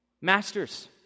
Masters